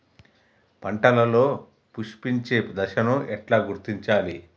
పంటలలో పుష్పించే దశను ఎట్లా గుర్తించాలి?